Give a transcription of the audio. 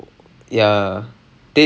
ya so I